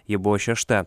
ji buvo šešta